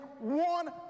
one